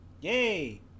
Yay